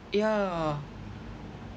yeah